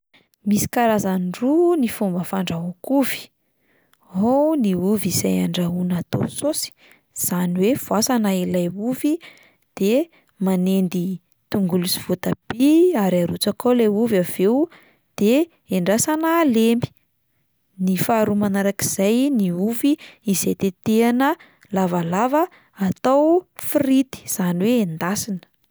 Misy karazany roa ny fomba fandrahoiko ovy: ao ny ovy izay andrahoina atao saosy, izany hoe voasana ilay ovy de manendy tongolo sy voatabia ary arotsaka ao ilay ovy avy eo de endrasana halemy, ny faharoa manarak'izay ny ovy izay tetehana lavalava atao frity izany hoe endasina.